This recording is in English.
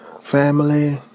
family